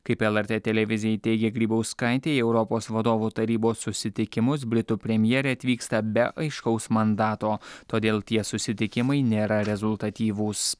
kaip lrt televizijai teigė grybauskaitė į europos vadovų tarybos susitikimus britų premjerė atvyksta be aiškaus mandato todėl tie susitikimai nėra rezultatyvūs